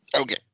Okay